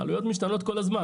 הן משתנות כל הזמן.